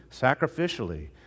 sacrificially